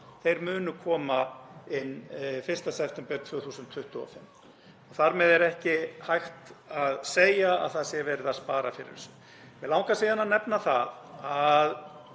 — munu koma inn 1. september 2025. Þar með er ekki hægt að segja að það sé verið að spara fyrir þessu. Mig langar síðan að nefna að í